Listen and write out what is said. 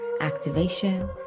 activation